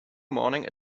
morning